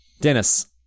Dennis